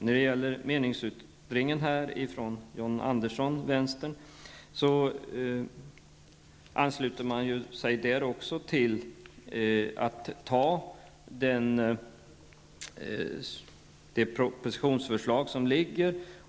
När det gäller meningsyttringen från John Andersson ansluter han sig där till att anta det propositionsförslag som ligger.